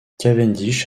cavendish